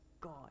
God